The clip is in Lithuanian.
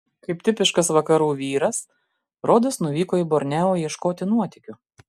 kaip tipiškas vakarų vyras rodas nuvyko į borneo ieškoti nuotykių